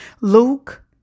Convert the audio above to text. Luke